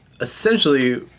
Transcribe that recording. essentially